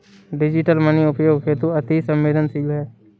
digital money उपयोग हेतु अति सवेंदनशील है